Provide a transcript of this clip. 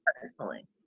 personally